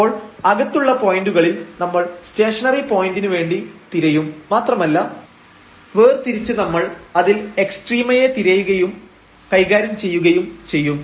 അപ്പോൾ അകത്തുള്ള പോയന്റുകളിൽ നമ്മൾ സ്റ്റേഷനറി പോയന്റിന് വേണ്ടി തിരയും മാത്രമല്ല വേർതിരിച്ച് നമ്മൾ അതിൽ എക്സ്ട്രീമയെ തിരയുകയോ കൈകാര്യം ചെയ്യുകയും ചെയ്യും